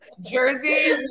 Jersey